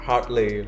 Hardly